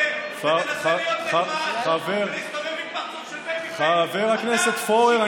חבר הכנסת פורר.